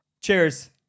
Cheers